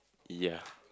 ya